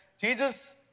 Jesus